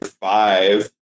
five